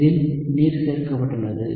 இதில் நீர் சேர்க்கப்பட்டுள்ளது